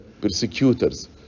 persecutors